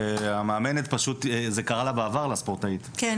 זה קרה לה בעבר, לספורטאית, והמאמנת...